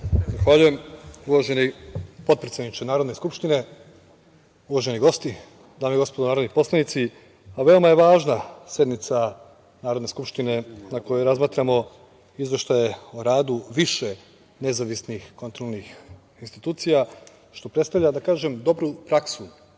Zahvaljujem. Uvaženi potpredsedniče Narodne skupštine, uvaženi gosti, dame i gospodo narodni poslanici, veoma je važna sednica Narodne skupštine na kojoj razmatramo izveštaje o radu više nezavisnih kontrolnih institucija, što predstavlja, da kažem, dobru praksu